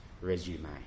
resume